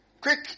quick